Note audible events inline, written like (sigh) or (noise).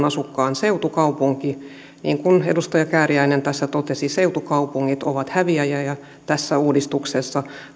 (unintelligible) asukkaan seutukaupunki niin kuin edustaja kääriäinen tässä totesi seutukaupungit ovat häviäjiä tässä uudistuksessa